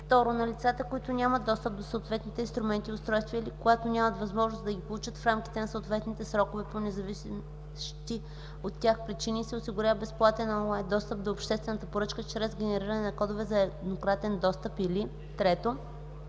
2. на лицата, които нямат достъп до съответните инструменти и устройства или които нямат възможност да ги получат в рамките на съответните срокове по независещи от тях причини, се осигури безплатен онлайн достъп до обществената поръчка чрез генериране на кодове за еднократен достъп, или 3.